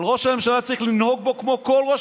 אבל בראש הממשלה צריך לנהוג כמו בכל ראש